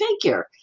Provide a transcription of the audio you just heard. figure